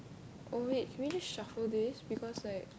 oh wait can we just shuffle this because like